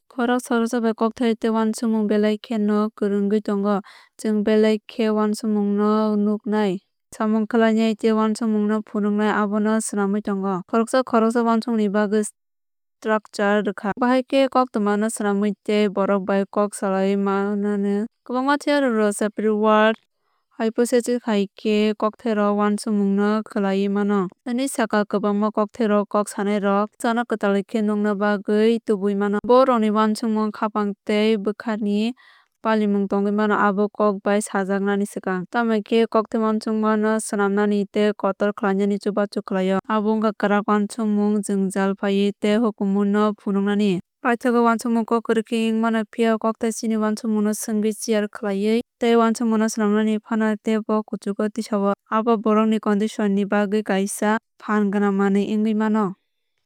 Khoroksa khoroksa bai kokthai tei uansukmung belai kheno kwrwngwi tongo. Chwng bahai khe uansukmungno nuknai samung khlainai tei uansukmungno phunuknai abono swnamwi tongo. Khoroksa khoroksa uansukmungni bagwi structure rwkha. Bahai khe koktwma no swnamwi tei borok bai kok salaiwi swnamwi mano. Kwbangma theoryrok Sapir Whorf Hypothesis hai khe kokthairok uansukmungno swlaiwi mano hwnwi sakha kwbangma. Kokthairok kok sanairokno swngcharno kwtal khe nukna bagwi tubuwi mano. Borokrokni uansukmung khápang tei bwkhani palimung tongwi mano abo kok bai sajaknani swkang. Tamokhe kokthai uansukmungno swnamnani tei kotor khlainani chubachu khlaio abo wngkha kwrak uansukmung jwngjal paioui tei hukumu no phunuknani. Paithago uansukmung kok kwrwi khe wngwi mano phiya kokthai chini uansukmungno swngwi share khlaiwi tei uansukmungno swnamnani phanno teibo kuchugo tisao. Abo borokni cognitionni bagwi kaisa phan gwnang manwi wngwi mano.